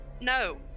No